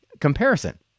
comparison